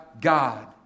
God